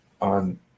on